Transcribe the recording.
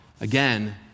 again